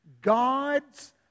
God's